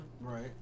Right